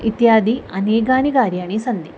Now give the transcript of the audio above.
इत्यादि अनेकानि कार्याणि सन्ति